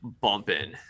bumping